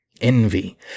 Envy